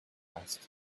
asked